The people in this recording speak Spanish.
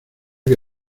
que